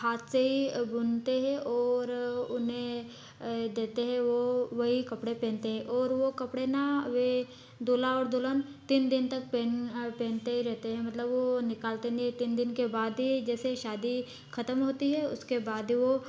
हाथ से ही बुनते है और उन्हें देते हैं वो वही कपड़े पहनते हैं और वो कपड़े ना वे दूल्हा और दूल्हन तीन दिन तक पहन पहनते ही रहते हैं मतलब वो निकालते नहीं हैं तीन दिन के बाद ही जैसे शादी खतम होती है उसके बाद ही वो